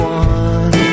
one